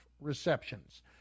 receptions